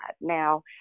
Now